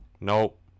Nope